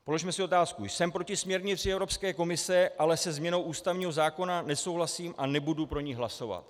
Položme si otázku: jsem proti směrnici Evropské komise, ale se změnou ústavního zákona nesouhlasím a nebudu pro ni hlasovat.